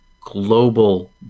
global